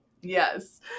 yes